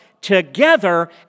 together